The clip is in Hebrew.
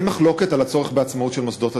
אין מחלוקת על הצורך בעצמאות של מוסדות התכנון.